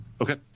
Okay